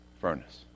furnace